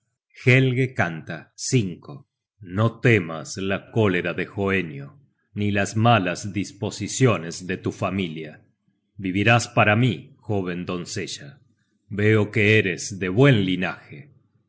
pertenecerá helge canta no temas la cólera de hoenio ni las malas disposiciones de tu familia vivirás para mí jóven doncella veo que eres de buen linaje